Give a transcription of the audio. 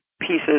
pieces